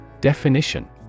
Definition